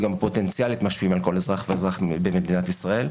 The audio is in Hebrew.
וגם פוטנציאלית משפיעים על כל אזרח ואזרח במדינת ישראל.